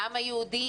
העם היהודי,